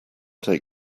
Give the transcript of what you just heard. take